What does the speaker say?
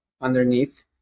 underneath